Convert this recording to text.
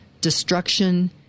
destruction